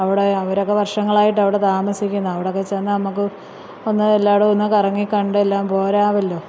അവിടെ അവരൊക്കെ വർഷങ്ങളായിട്ട് അവിടെ താമസിക്കുന്നാ അവിടൊക്കെ ചെന്നാല് നമ്മള്ക്ക് ഒന്ന് എല്ലായിടവും ഒന്ന് കറങ്ങി കണ്ടെല്ലാം പോരാമല്ലോ